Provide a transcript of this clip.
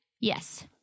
Yes